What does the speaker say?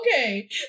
okay